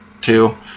two